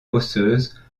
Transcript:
osseuse